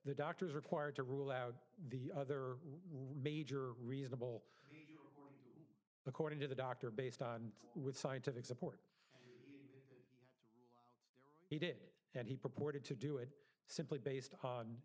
the doctors required to rule out the other major reasonable according to the doctor based on scientific support he did and he purported to do it simply based on